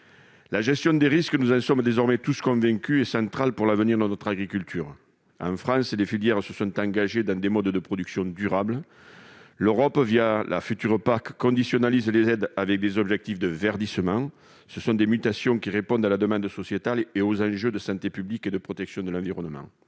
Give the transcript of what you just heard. La gestion des risques- nous en sommes désormais tous convaincus -est centrale pour l'avenir de notre agriculture. En France, les filières se sont engagées dans des modes de production durables. L'Europe, la future PAC, a conditionné les aides à des objectifs de verdissement. Ces mutations répondent à la demande sociétale et aux enjeux de santé publique et de protection de l'environnement.